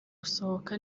usohoka